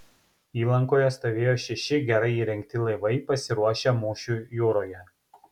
įlankoje stovėjo šeši gerai įrengti laivai pasiruošę mūšiui jūroje